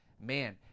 man